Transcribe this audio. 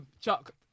Chuck